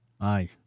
Aye